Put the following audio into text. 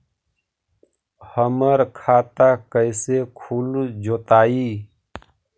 हमर खाता कैसे खुल जोताई?